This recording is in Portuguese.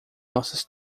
nossas